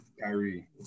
Kyrie